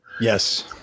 Yes